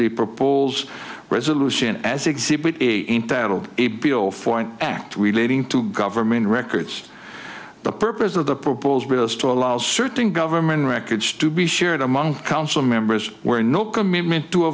the proposals resolution as exhibit a entitled a bill for an act relating to government records the purpose of the proposed bill is to allow certain government records to be shared among council members were no commitment to